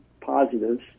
positives